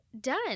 done